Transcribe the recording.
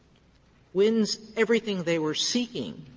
wins everything they were seeking,